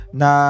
na